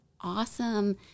awesome